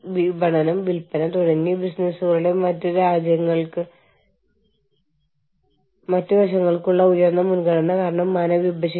അതിനാൽ നിങ്ങൾക്ക് അന്താരാഷ്ട്ര അന്തർദേശീയമായി ഭരിക്കുന്ന തൊഴിൽ നിയമം ഇല്ലെങ്കിൽ ഒരു വശത്ത് അല്ലെങ്കിൽ മറ്റൊന്ന് കൂടുതൽ ദുർബലരായ വശത്തെ മുതലെടുക്കാൻ കഴിയുമെന്ന് ആളുകൾക്ക് തോന്നുന്നു